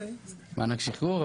מענק שחרור,